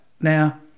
Now